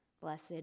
Blessed